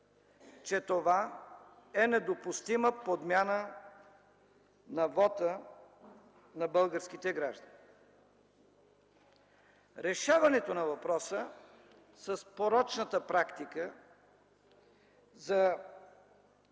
че това е недопустима подмяна на вота на българските граждани. Решаването на въпроса с порочната практика за